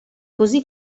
così